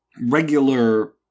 regular